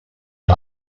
few